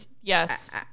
yes